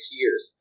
years